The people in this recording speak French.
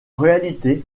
réalité